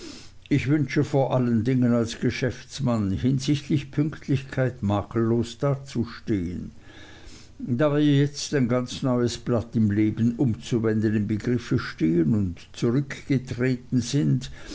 ich wünsche vor allen dingen als geschäftsmann hinsichtlich pünktlichkeit makellos dazustehen da wir jetzt ein ganz neues blatt im leben umzuwenden im begriffe stehen und zurückgetreten sind